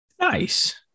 nice